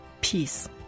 peace